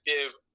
active